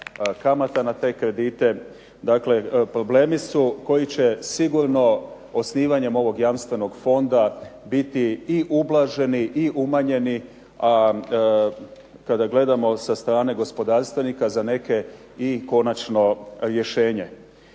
na te kredite problemi su koji će sigurno osnivanjem ovog jamstvenog fonda biti i ublaženi i umanjeni a kada gledamo sa strane gospodarstvenika za neke i konačno rješenje.